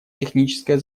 техническая